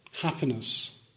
happiness